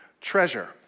treasure